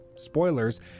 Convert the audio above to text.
Spoilers